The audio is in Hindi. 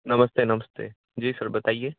नमस्ते नमस्ते जी सर बताइए